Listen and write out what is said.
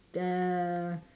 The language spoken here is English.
the